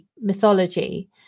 mythology